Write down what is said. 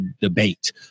debate